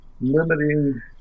limiting